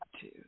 two